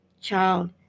child